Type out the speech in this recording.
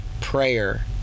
prayer